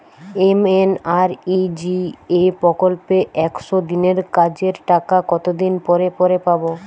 MNREGA প্রকল্পে একশ দিনের কাজের টাকা কতদিন পরে পরে পাব?